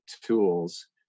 tools